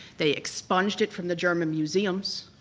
they expunged it from the german museums,